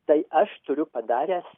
tai aš turiu padaręs